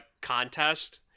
contest